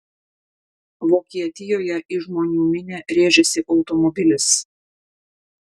vokietijoje į žmonių minią rėžėsi automobilis